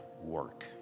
work